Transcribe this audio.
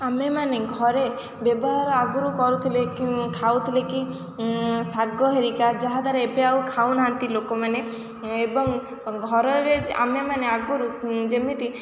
ଆମେମାନେ ଘରେ ବ୍ୟବହାର ଆଗରୁ କରୁଥିଲେ ଖାଉଥିଲେ କି ଶାଗ ହେରିକା ଯାହାଦ୍ୱାରା ଏବେ ଆଉ ଖାଉ ନାହାନ୍ତି ଲୋକମାନେ ଏବଂ ଘରରେ ଆମେମାନେ ଆଗରୁ ଯେମିତି